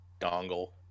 Dongle